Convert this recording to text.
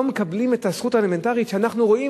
מקבלים את הזכות האלמנטרית שאנחנו רואים,